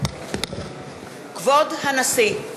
כבוד הנשיא!